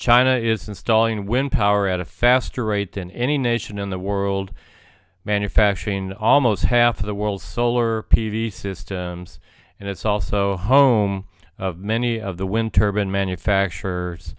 china is installing wind power at a faster rate than any nation in the world manufacturing almost half of the world's solar p v systems and it's also home of many of the wind turbine manufacturers